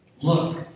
Look